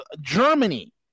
Germany